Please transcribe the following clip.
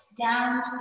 down